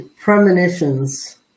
premonitions